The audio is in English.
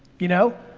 you know,